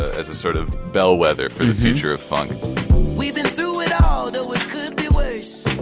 as a sort of bellwether for the future of funk we've been through it all, though it could be worse